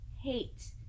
hate